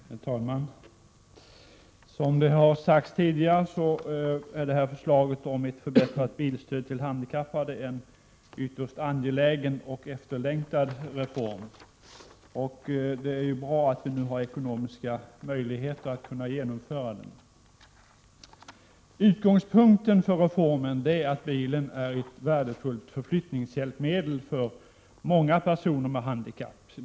Herr talman! Som det har sagts tidigare är detta förslag om ett förbättrat bilstöd till handikappade en ytterst angelägen och efterlängtad reform. Det är bra att vi nu har ekonomiska möjligheter att genomföra den. Utgångspunkten för reformen är att bilen är ett värdefullt förflyttningshjälpmedel för många personer med handikapp.